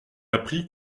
apprit